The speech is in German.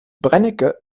brennecke